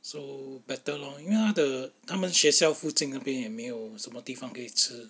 so better lor 因为他的他们学校附近那边也没有什么地方可以吃